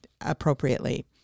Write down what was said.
appropriately